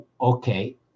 okay